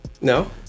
no